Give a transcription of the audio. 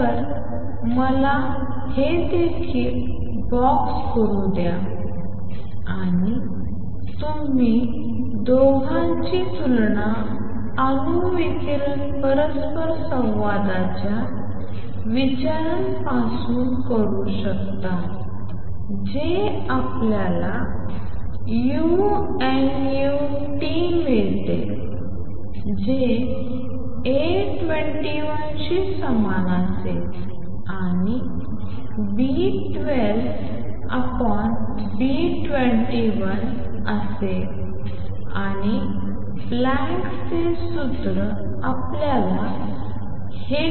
तर मला हे देखील बॉक्स करू द्या आणि तुम्ही दोघांची तुलना अणू विकिरण परस्परसंवादाच्या विचारांपासून करू शकता जे आपल्याला u nu T मिळते जे A21 शी समान असेल आणि B12 B21 eEkT 1 असेल आणि प्लँकचे सूत्र आपल्याला uT 8πh3c3ehνkT 1